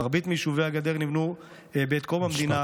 מרבית יישובי הגדר נבנו בעת קום המדינה,